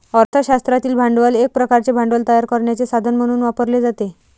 अर्थ शास्त्रातील भांडवल एक प्रकारचे भांडवल तयार करण्याचे साधन म्हणून वापरले जाते